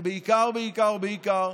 ובעיקר, בעיקר, בעיקר